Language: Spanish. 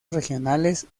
regionales